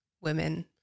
women